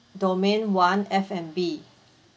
domain one F&B